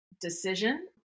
decision